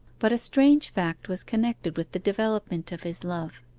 but a strange fact was connected with the development of his love.